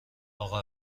اقا